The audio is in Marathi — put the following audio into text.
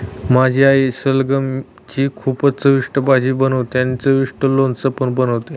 माझी आई सलगम ची खूपच चविष्ट भाजी बनवते आणि चविष्ट लोणचं पण बनवते